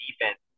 defense